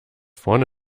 vorne